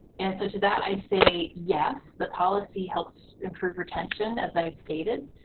and so to that i say yes, the policy helps improve retention, as i've stated,